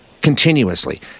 continuously